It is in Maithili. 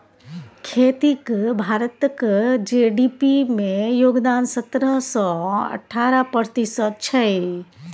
खेतीक भारतक जी.डी.पी मे योगदान सतरह सँ अठारह प्रतिशत छै